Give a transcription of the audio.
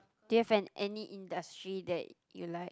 do you have any industry that you like